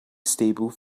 stable